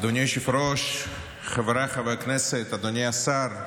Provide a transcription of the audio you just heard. אדוני היושב-ראש, חבריי חברי הכנסת, אדוני השר,